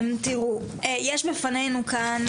תראו, יש בפנינו כאן